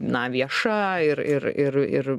na vieša ir ir ir ir